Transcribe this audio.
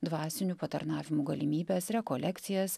dvasinių patarnavimų galimybes rekolekcijas